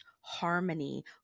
harmony